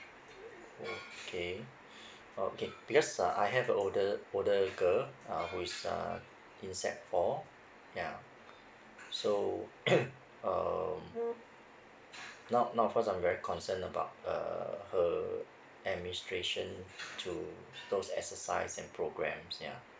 okay okay because uh I have a older older girl uh who is uh in sec four ya so um now now of course I'm very concerned about uh her administration to those exercise and programs ya ya